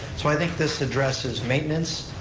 so i think this addresses maintenance,